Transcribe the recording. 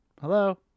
hello